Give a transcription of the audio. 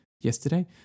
yesterday